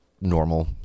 normal